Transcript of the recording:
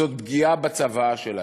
זאת פגיעה בצוואה שלהם.